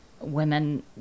women